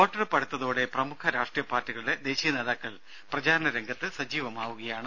വോട്ടെടുപ്പ് അടുത്തോടെ പ്രമുഖ രാഷ്ട്രീയ പാർട്ടികളുടെ ദേശീയ നേതാക്കൾ പ്രചാരണ രംഗത്ത് സജീവമാവുകയാണ്